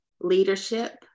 leadership